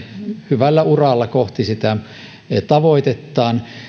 hyvällä uralla kohti tavoitettaan